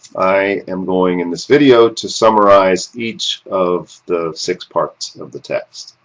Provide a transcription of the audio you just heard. i am going in this video to summarize each of the six parts of the text.